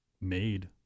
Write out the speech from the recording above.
made